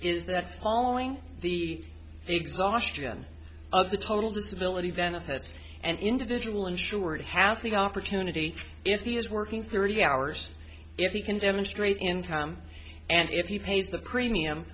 that following the exhaustion of the total disability benefits and individual insured has the opportunity if he is working thirty hours if he can demonstrate in time and if he pays the premium